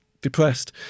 depressed